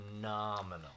phenomenal